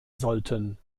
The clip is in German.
sollten